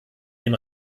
dem